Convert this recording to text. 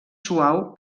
suau